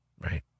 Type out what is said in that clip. Right